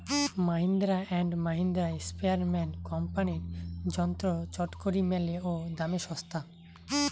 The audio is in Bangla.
মাহিন্দ্রা অ্যান্ড মাহিন্দ্রা, স্প্রেয়ারম্যান কোম্পানির যন্ত্র চটকরি মেলে ও দামে ছস্তা